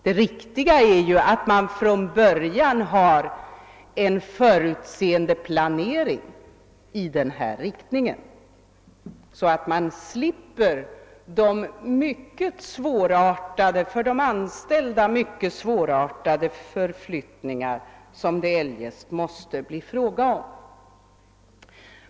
Det riktiga är ju att man från början har en förutseende planering, så att man slipper de för de anställda mycket svårartade förflyttningar som det eljest skulle bli fråga om.